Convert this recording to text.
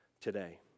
today